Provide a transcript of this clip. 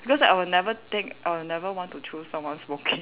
because I will never think I will never want to choose someone smoking